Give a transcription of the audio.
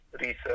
research